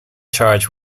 charge